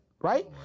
Right